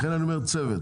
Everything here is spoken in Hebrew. לכן אני אומר צוות.